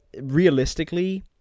realistically